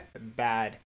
bad